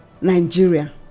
Nigeria